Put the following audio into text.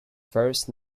first